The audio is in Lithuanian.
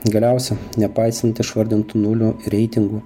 galiausia nepaisant išvardintų nulių reitingų